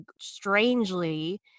strangely